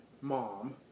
mom